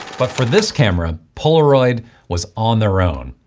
but for this camera, polaroid was on their own.